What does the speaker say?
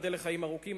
ייבדל לחיים ארוכים,